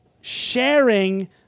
sharing